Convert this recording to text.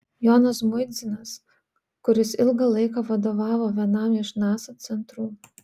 jonas žmuidzinas kuris ilgą laiką vadovavo vienam iš nasa centrų